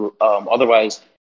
Otherwise